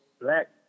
black